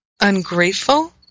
ungrateful